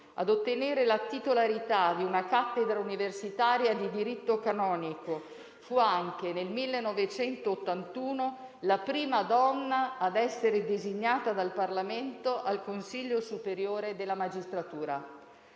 a ottenere la titolarità di una cattedra universitaria di diritto canonico, fu anche, nel 1981, la prima ad essere designata dal Parlamento al Consiglio superiore della magistratura: